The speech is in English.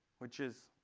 which is